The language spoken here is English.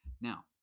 Now